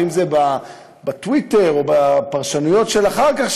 אם זה בטוויטר או בפרשנויות אחר כך,